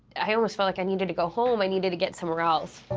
i almost felt like i needed to go home, i needed to get somewhere else.